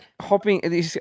hopping